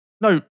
No